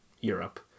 Europe